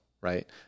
right